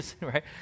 right